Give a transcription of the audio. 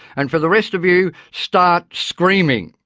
and for the rest of you, start screaming!